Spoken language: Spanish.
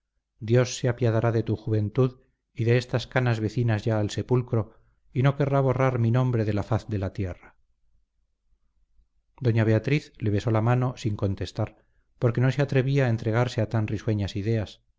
dios se apiadará de tu juventud y de estas canas vecinas ya al sepulcro y no querrá borrar mi nombre de la faz de la tierra doña beatriz le besó la mano sin contestar porque no se atrevía a entregarse a tan risueñas ideas